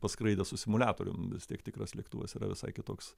paskraidęs su simuliatorium vis tiek tikras lėktuvas yra visai kitoks